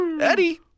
Eddie